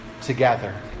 together